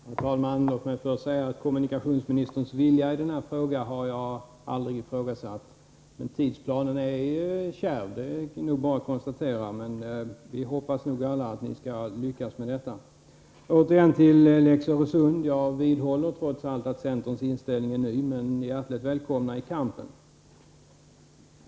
Herr talman! Låt mig först säga att jag aldrig har ifrågasatt kommunikationsministerns vilja i den här frågan. Tidsplanen är kärv, det är bara att konstatera, men vi hoppas nog alla att ni skall lyckas. Åter till lex Öresund. Jag vidhåller att centerns inställning är ny, men ni är hjärtligt välkomna i kampen.